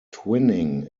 twinning